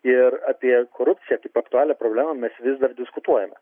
ir apie korupciją kaip aktualią problemą mes vis dar diskutuojame